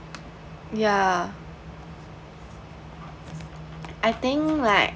yeah I think like